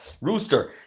rooster